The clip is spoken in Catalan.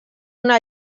una